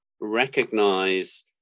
recognize